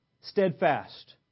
steadfast